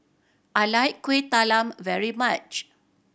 I like Kuih Talam very much